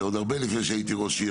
שעוד הרבה לפני שהייתי ראש עיר,